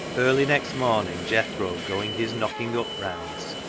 early next morning jethro going his knock ing-up rounds,